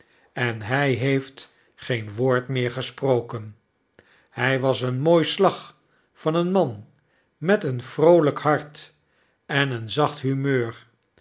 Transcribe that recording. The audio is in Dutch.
en hij heeffc geen woord meer gesproken hy was een mooi slag van een man met een vroolyk hart n een zacht humeur